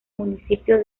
municipio